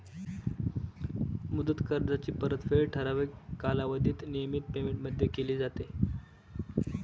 मुदत कर्जाची परतफेड ठराविक कालावधीत नियमित पेमेंटमध्ये केली जाते